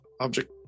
object